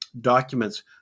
documents